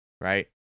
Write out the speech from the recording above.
Right